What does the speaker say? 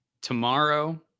tomorrow